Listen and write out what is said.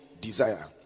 desire